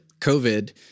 covid